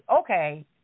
okay